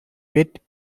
bit